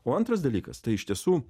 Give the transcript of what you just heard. o antras dalykas tai iš tiesų